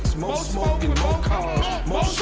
smoke smoke in mo' cars mo'